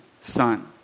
son